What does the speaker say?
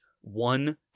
one